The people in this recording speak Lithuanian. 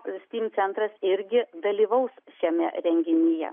steam centras irgi dalyvaus šiame renginyje